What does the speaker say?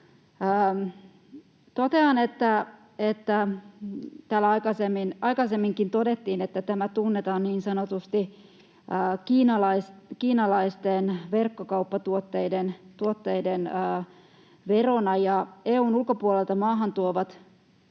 Totean, että täällä aikaisemminkin todettiin, että tämä tunnetaan niin sanotusti kiinalaisten verkkokauppatuotteiden verona. EU:n ulkopuolelta maahantuotavat